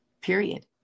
Period